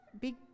big